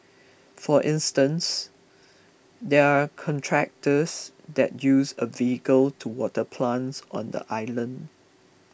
for instance there are contractors that use a vehicle to water plants on the island